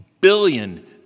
billion